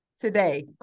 Today